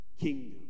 kingdom